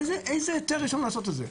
איזה היתר יש לנו לעשות את זה,